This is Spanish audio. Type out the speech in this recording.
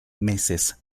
meses